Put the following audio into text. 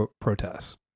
protests